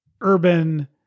urban